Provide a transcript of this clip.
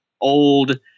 old